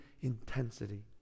intensity